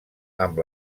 amb